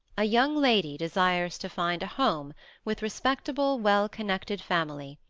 a young lady desires to find a home with respectable, well-connected family,